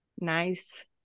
Nice